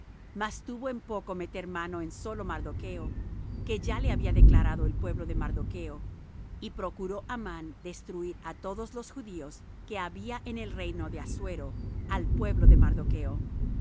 mas tuvo en poco meter mano en solo mardocho que ya le había declarado el pueblo de mardocho y procuró amán destruir á todos los judíos que había en el reino de assuero al pueblo de mardocho